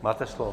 Máte slovo.